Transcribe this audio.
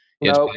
Yes